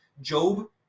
job